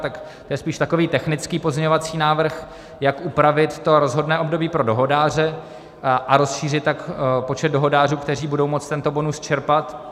Tak to je spíš takový technický pozměňovací návrh, jak upravit to rozhodné období pro dohodáře, a rozšířit tak počet dohodářů, kteří budou moct tento bonus čerpat.